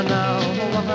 now